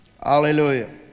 Hallelujah